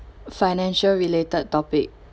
financial related topic